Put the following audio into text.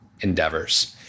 endeavors